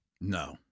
No